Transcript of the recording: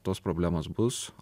tos problemos bus